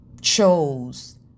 chose